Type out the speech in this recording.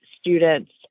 students